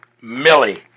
Millie